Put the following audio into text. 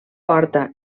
porta